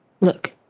Look